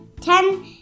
Ten